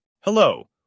Hello